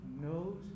knows